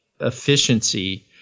efficiency